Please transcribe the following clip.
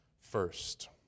first